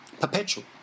Perpetual